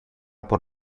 por